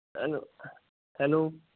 hello hello